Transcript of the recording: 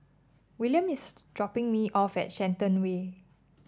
William is dropping me off at Shenton Way